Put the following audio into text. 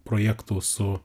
projektų su